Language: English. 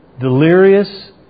delirious